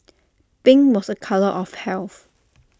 pink was A colour of health